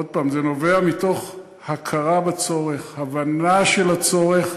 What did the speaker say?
עוד פעם, זה נובע מתוך הכרה בצורך, הבנה של הצורך.